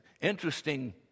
interesting